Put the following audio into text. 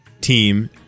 team